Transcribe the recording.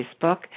Facebook